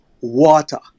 water